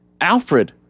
Alfred